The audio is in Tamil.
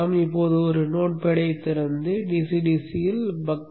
நாம் இப்போது நோட் பேடைத் திறந்து DCDC இல் buck